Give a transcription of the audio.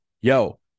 yo